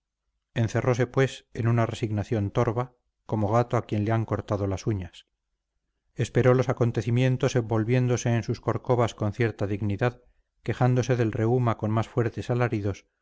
encerrose pues en una resignación torva como gato a quien le han cortado las uñas esperó los acontecimientos envolviéndose en sus corcovas con cierta dignidad quejándose del reuma con más fuertes alaridos